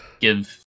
give